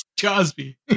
Cosby